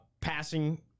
Passing